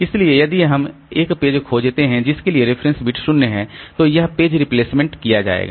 इसलिए यदि हम एक पेज खोजते हैं जिसके लिए रेफरेंस बिट 0 है तो वह पेज प्रतिस्थापित किया जाएगा